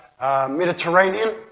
Mediterranean